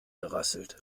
gerasselt